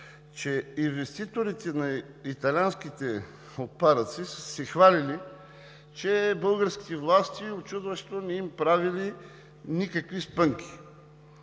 че инвеститорите на италианските отпадъци са се хвалили, че българските власти учудващо не са им правили никакви спънки?